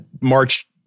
March